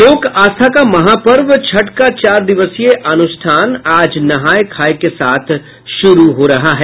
लोक आस्था का महापर्व छठ का चार दिवसीय अनुष्ठान आज नहाय खाय के साथ शुरू हो रहा है